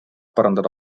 parandada